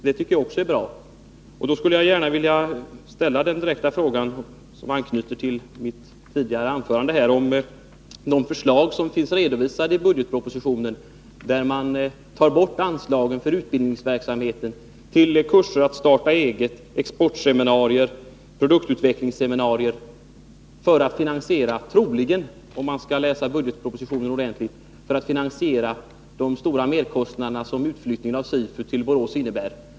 Det är också bra. Jag skulle gärna vilja ställa en direkt fråga, som anknyter till mitt tidigare anförande. I budgetpropositionen redovisas förslag, som innebär att man tar bort anslagen till utbildningsverksamhet, till kurser i att starta eget, exportseminarier och produktutvecklingsseminarier. Detta gör man troligen — jag tolkar det så, när jag läser budgetpropositionen ordentligt — för att kunna finansiera de stora merkostnader som utflyttningen av SIPU till Borås medför.